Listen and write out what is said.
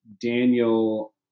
Daniel